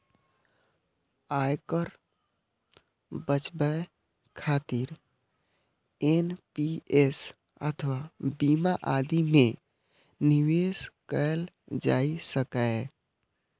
आयकर बचाबै खातिर एन.पी.एस अथवा बीमा आदि मे निवेश कैल जा सकैए